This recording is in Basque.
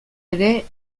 ere